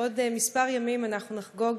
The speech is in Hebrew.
בעוד כמה ימים אנחנו נחגוג